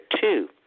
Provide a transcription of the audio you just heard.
two